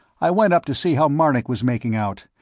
i went up to see how marnik was making out.